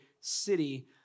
city